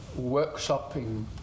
workshopping